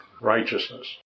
righteousness